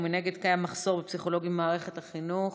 ומנגד קיים מחסור בפסיכולוגים במערכת החינוך.